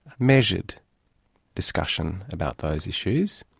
measured discussion about those issues.